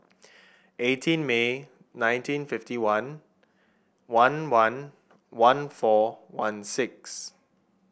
eighteen May nineteen fifty one one one one four one six